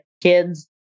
kids